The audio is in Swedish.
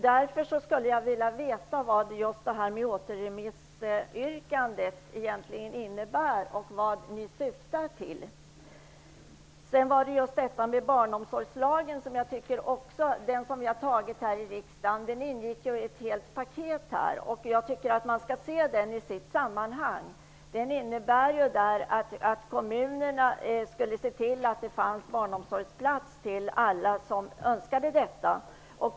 Därför skulle jag vilja veta vad återremissyrkandet egentligen innebär och vad ni syftar till. Det förslag om barnomsorgslag som antogs här i riksdagen ingick i ett helt paket. Jag tycker att man skall se den i sitt sammanhang. Den innebär att kommunerna skall se till att det finns barnomsorgsplats till alla som önskar detta.